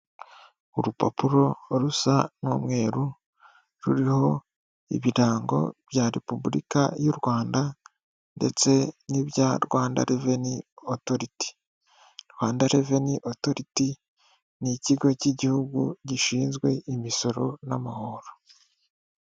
Urupapuro rusa n'umweru ruriho ibirango bya repuburika y'u Rwanda, ndetse n'ibya Rwanda reveni otoriti. Rwanda reveni otoriti n'ikigo cy'igihugu gishinzwe imisoro n'amahoro.